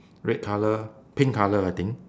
red colour pink colour I think